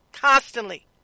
constantly